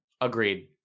Agreed